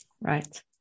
right